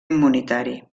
immunitari